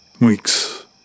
Weeks